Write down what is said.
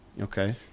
okay